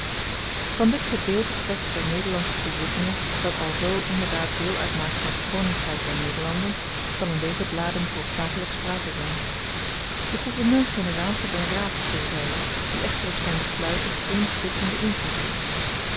van dit gedeelte slechts der nederlandsche bezittingen dat alzoo inderdaad deel uitmaakt van het koningryk der nederlanden zal in deze bladen hoofdzakelyk sprake zyn den gouverneur-generaal staat een raad ter zyde die echter op zyn besluiten geen beslissenden invloed heeft